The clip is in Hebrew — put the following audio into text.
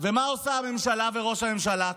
ומה עושים הממשלה וראש הממשלה?